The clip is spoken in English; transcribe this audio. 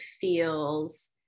feels